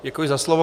Děkuji za slovo.